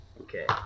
Okay